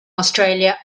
australia